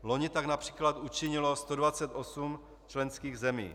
Loni tak např. učinilo 128 členských zemí.